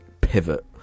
pivot